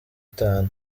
itanu